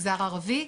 מגזר ערבי.